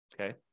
Okay